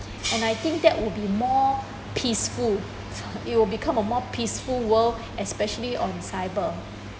and I think that would be more peaceful it will become a more peaceful world especially on cyber